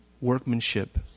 workmanship